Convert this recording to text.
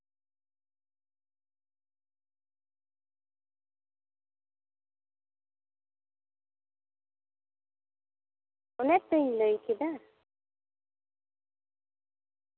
ᱚᱱᱮᱛᱚᱧ ᱞᱟᱹᱭ ᱠᱮᱫᱟ